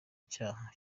cyaha